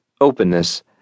openness